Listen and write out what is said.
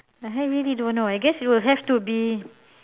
I have really don't know I guess it will have to be